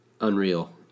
unreal